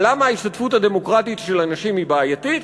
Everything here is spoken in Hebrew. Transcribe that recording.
למה ההשתתפות הדמוקרטית של אנשים היא בעייתית?